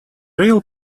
real